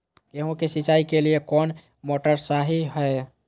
गेंहू के सिंचाई के लिए कौन मोटर शाही हाय?